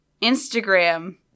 Instagram